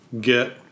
get